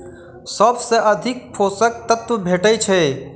सबसँ अधिक पोसक तत्व भेटय छै?